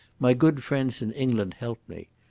my good friends in england helped me.